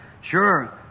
Sure